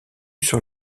sur